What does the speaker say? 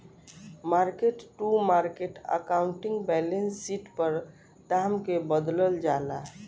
market to market accounting balance sheet पर दाम के बदलल जाला